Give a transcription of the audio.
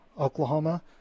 Oklahoma